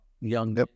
young